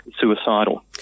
suicidal